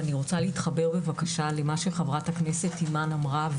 ואני רוצה להתחבר בבקשה למה שחברת הכנסת אימאן אמרה,